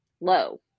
low